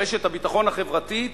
רשת הביטחון החברתית,